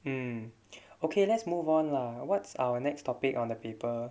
mm okay let's move on lah what's our next topic on the paper